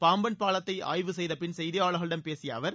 பாம்பன் பாலத்தை ஆய்வு செய்தபின் செய்தியாளர்களிடம் பேசிய அவர்